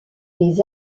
les